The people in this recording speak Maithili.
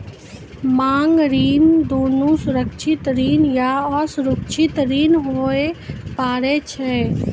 मांग ऋण दुनू सुरक्षित ऋण या असुरक्षित ऋण होय पारै छै